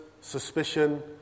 suspicion